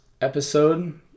episode